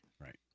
Right